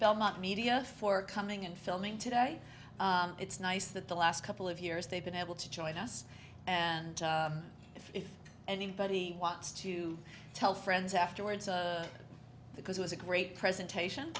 belmont media for coming and filming today it's nice that the last couple of years they've been able to join us and if anybody wants to tell friends afterwards because it was a great presentation